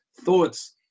thoughts